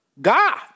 God